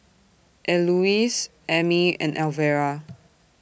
Elouise Amey and Alvera